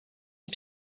een